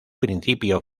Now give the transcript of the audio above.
principio